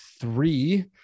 three